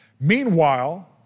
Meanwhile